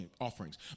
offerings